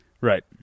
Right